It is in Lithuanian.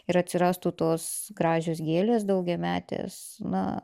ir atsirastų tos gražios gėlės daugiametės na